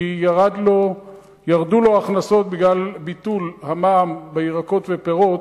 כי ירדו לו ההכנסות בגלל ביטול המע"מ על ירקות ופירות,